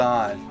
God